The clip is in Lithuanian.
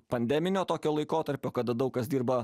pandeminio tokio laikotarpio kada daug kas dirba